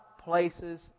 places